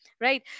right